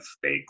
fake